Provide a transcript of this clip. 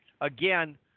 again